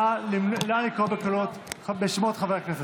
נא לקרוא בשמות חברי כנסת.